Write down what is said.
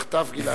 נחטף גלעד שליט.